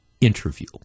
interview